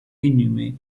inhumées